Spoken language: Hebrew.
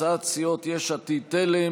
הצעת סיעות יש עתיד-תל"ם,